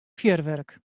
fjurwurk